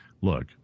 look